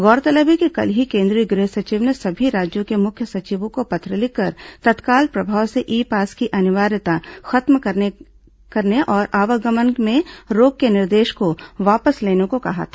गौरतलब है कि कल ही केंद्रीय गृह सचिव ने सभी राज्यों के मुख्य सचिवों को पत्र लिखकर तत्काल प्रभाव से ई पास की अनिवार्यता खत्म करने और आवागमन में रोक के निर्देश को वापस लेने को कहा था